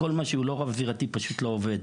כל מה שהוא לא רב-זירתי פשוט לא עובד.